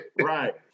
right